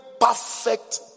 perfect